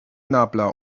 nabla